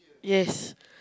yes